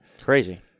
Crazy